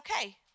okay